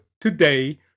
today